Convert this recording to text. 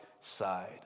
side